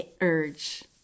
urge